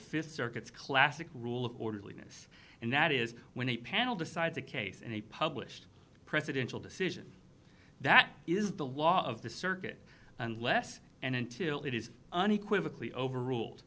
fifth circuit's classic rule of orderliness and that is when a panel decide the case and he published a presidential decision that is the law of the circuit unless and until it is unequivocally overrule